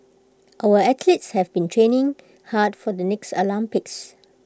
our athletes have been training hard for the next Olympics